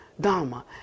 Dharma